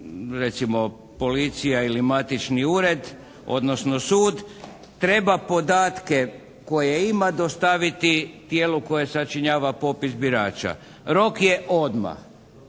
recimo policija ili matični ured odnosno sud treba podatke koje ima dostaviti tijelu koje sačinjava popis birača. Rok je odmah.